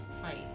fight